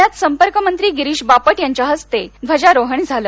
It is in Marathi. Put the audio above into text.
पूण्यात संपर्कमंत्री गिरिश बापट यांच्या हस्ते ध्वजारोहण झालं